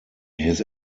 his